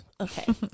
Okay